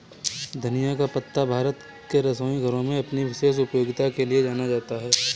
धनिया का पत्ता भारत के रसोई घरों में अपनी विशेष उपयोगिता के लिए जाना जाता है